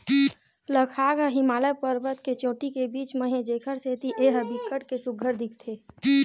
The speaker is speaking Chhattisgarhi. लद्दाख ह हिमालय परबत के चोटी के बीच म हे जेखर सेती ए ह बिकट के सुग्घर दिखथे